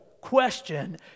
question